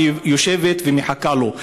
והיא יושבת ומחכה לו.